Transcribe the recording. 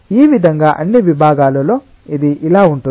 ఈ విధంగా అన్ని విభాగాలలో ఇది ఇలా ఉంటుంది